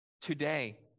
today